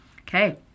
Okay